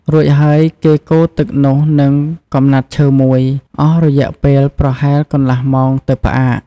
រួចហើយគេកូរទឹកនោះនឹងកំណាត់ឈើមួយ អស់រយៈពេលប្រហែលកន្លះម៉ោងទើបផ្អាក។